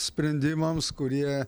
sprendimams kurie